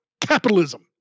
Capitalism